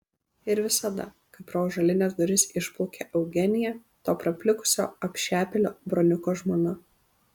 ir visada kai pro ąžuolines duris išplaukia eugenija to praplikusio apšepėlio broniuko žmona